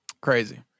crazy